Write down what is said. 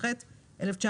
לרבות למרכז